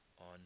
on